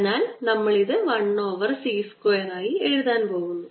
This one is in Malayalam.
അതിനാൽ നമ്മൾ ഇത് 1 ഓവർ C സ്ക്വയറായി എഴുതാൻ പോകുന്നു